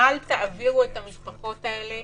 אל תעבירו את המשפחות האלה